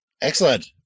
Excellent